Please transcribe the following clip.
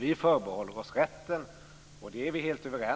Vi förbehåller oss rätten att ha en